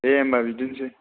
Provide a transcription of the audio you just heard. दे होनबा बिदिनोसै